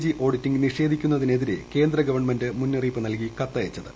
G auditing നിഷേധിക്കുന്നതിനെതിരേ കേന്ദ്ര government മുന്നറിയിപ്പ് നൽകി കത്തയച്ചത്